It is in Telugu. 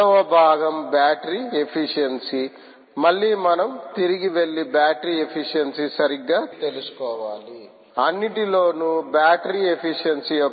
రెండవ భాగం బ్యాటరీ ఎఫిషియన్సీ మళ్ళీ మనం తిరిగి వెళ్లి బ్యాటరీ ఎఫిషియన్సీ సరిగ్గా తెలుసుకోవాలి అన్నింటిలోనూ బ్యాటరీ ఎఫిషియన్సీ